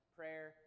prayer